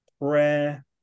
prayer